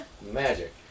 Magic